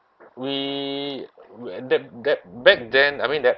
we that that back then I mean that